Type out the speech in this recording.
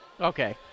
Okay